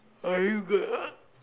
are you go~